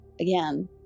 again